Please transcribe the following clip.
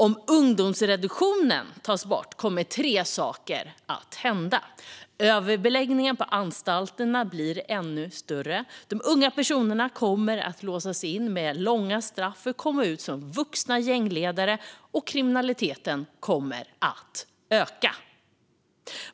Om ungdomsreduktionen tas bort kommer tre saker att hända: Överbeläggningen på anstalterna blir ännu större. De unga personerna kommer att låsas in med långa straff och komma ut som vuxna gängledare. Och kriminaliteten kommer att öka.